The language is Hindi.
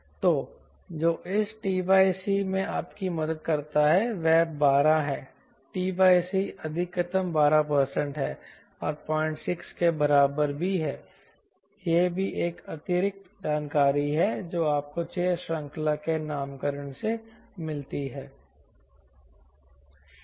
तो जो इस t c में आपकी मदद करता है वह 12 है t c अधिकतम 12 है और 06 के बराबर भी है यह भी एक अतिरिक्त जानकारी है जो आपको 6 श्रृंखला के नामकरण से मिलती है